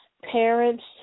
parents